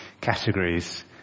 categories